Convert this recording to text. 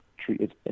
treated